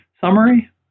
summary